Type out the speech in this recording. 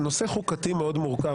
זה נושא חוקתי מאוד מורכב,